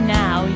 now